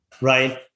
right